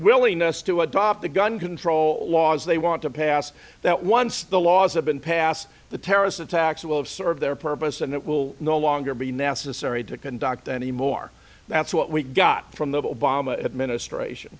willingness to adopt the gun control laws they want to pass that once the laws have been passed the terrorist attacks will have served their purpose and it will no longer be necessary to conduct anymore that's what we got from the obama administration